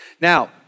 Now